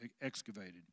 excavated